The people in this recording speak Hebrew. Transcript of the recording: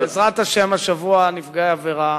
בעזרת השם השבוע נפגעי עבירה,